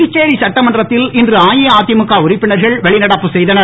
புதுச்சேரி சட்டமன்றத்தில் இன்று அஇஅதிமுக உறுப்பினர்கள் வெளிநடப்பு செய்தனர்